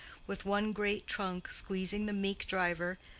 with one great trunk squeezing the meek driver,